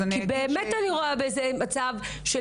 כי אני רואה בזה מצב של